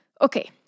Okay